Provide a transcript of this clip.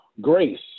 Grace